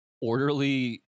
orderly